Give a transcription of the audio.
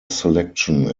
selection